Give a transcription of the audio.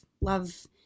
love